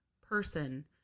person